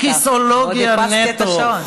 זו כיסאולוגיה נטו.